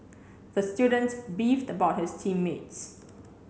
the student beefed about his team mates